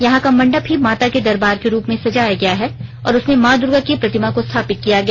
यहां का मंडप ही माता के दरबार के रूप में सजाया गया है और उसमें मां दुर्गा की प्रतिमा को स्थापित किया गया